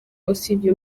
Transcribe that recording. usibye